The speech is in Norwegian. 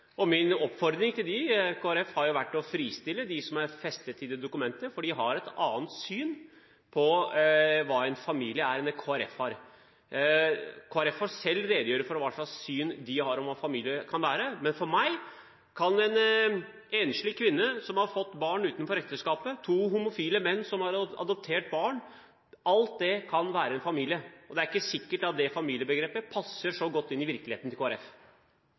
dokumentet. Min oppfordring til Kristelig Folkeparti har jo vært å fristille dem som er forpliktet av dokumentet, for de har et annet syn på hva en familie er enn det Kristelig Folkeparti har. Kristelig Folkeparti må selv redegjøre for hva slags syn de har på hva en familie kan være. Men for meg kan en enslig kvinne som har fått barn utenfor ekteskap eller to homofile menn som har adoptert barn, være familier. Det er ikke sikkert at det familiebegrepet passer så godt inn i virkeligheten til